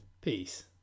Peace